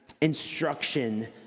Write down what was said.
instruction